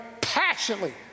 passionately